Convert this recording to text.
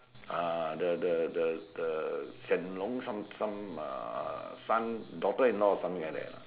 ah the the the the Hsien-loong some some uh son daughter in law or something like that lah